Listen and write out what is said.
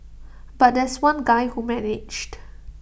but there's one guy who managed